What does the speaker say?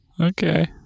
Okay